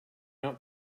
out